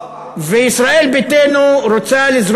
עוד פעם.